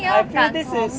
I feel this is